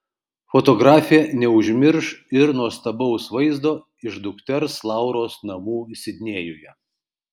fotografė neužmirš ir nuostabaus vaizdo iš dukters lauros namų sidnėjuje